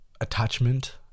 attachment